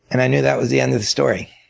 and i knew that was the end of the story.